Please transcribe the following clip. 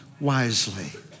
wisely